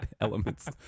Elements